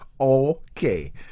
okay